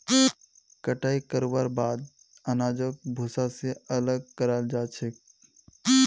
कटाई करवार बाद अनाजक भूसा स अलग कराल जा छेक